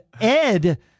Ed